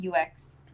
UX